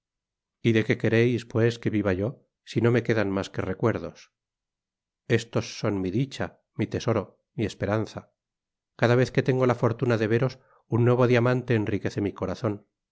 y de qué quereis pues que viva yo si no me quedan mas que recuerdos estos son mi dicha mi tesoro mi esperanza cada vez que tengo la fortuna de veros un nuevo diamante enriquece mi corazon